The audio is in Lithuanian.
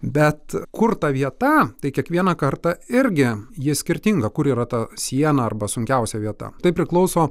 bet kur ta vieta tai kiekvieną kartą irgi ji skirtinga kur yra ta siena arba sunkiausia vieta tai priklauso